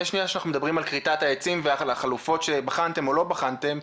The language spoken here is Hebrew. שאנחנו מדברים על כריתת העצים ועל החלופות שבחנתם או לא בחנתם,